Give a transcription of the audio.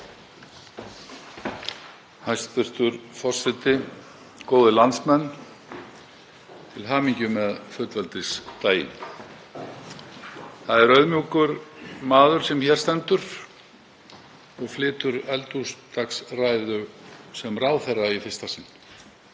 Hæstv. forseti. Góðir landsmenn. Til hamingju með fullveldisdaginn. Það er auðmjúkur maður sem hér stendur og flytur ræðu sem ráðherra í fyrsta sinn.